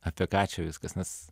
apie ką čia viskas nes